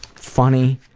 funny,